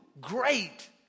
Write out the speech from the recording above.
great